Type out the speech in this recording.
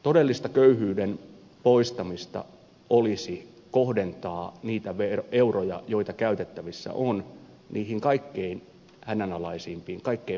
todellista köyhyyden poistamista olisi kohdentaa niitä euroja joita käytettävissä on niihin kaikkein hädänalaisimpiin kaikkein vähävaraisimpiin ihmisiin